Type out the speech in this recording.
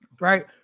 right